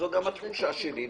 זו גם התחושה שלי,